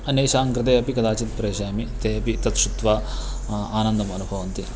अन्येषां कृते अपि कदाचित् प्रेषयामि ते अपि तत् श्रुत्वा आनन्दम् अनुभवन्ति